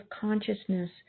consciousness